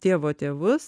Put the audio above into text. tėvo tėvus